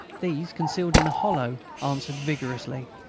these, concealed in a hollow, answered vigorously.